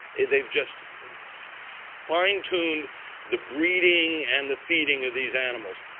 they've just fine tuned the breeding and the feeding of these animals.